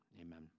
Amen